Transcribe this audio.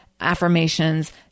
affirmations